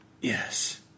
Yes